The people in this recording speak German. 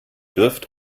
dürft